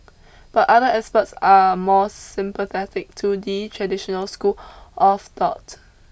but other experts are more sympathetic to the traditional school of thought